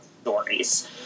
stories